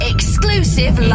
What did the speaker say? Exclusive